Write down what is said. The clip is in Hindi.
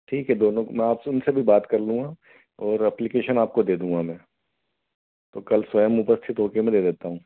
ठीक है दोनों मैं आपसे उनसे भी बात कर लूँगा और एप्लीकेशन आपको दे दूँगा मैं तो कल स्वयं उपस्थित होकर मैं दे देता हूँ